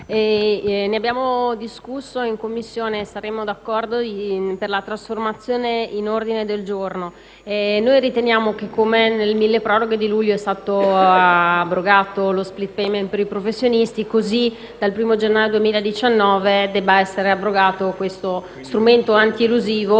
ne abbiamo discusso in Commissione e saremmo d'accordo per la trasformazione in ordine del giorno. Riteniamo che, come nel mille proroghe di luglio sia stato abrogato lo *split payment* per i professionisti, così dal 1° gennaio 2019 debba essere abrogato questo strumento antielusivo